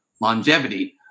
longevity